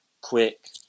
quick